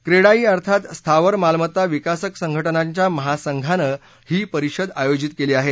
क्रेडाई अर्थात स्थावर मालमत्ता विकासक संघटनांच्या महासंघानं ही परिषद आयोजित केली आहे